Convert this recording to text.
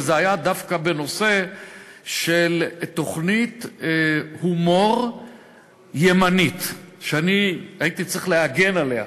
וזה היה דווקא בנושא של תוכנית הומור ימנית שאני הייתי צריך להגן עליה,